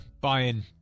buying